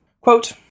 Quote